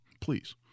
please